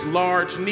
large